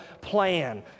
plan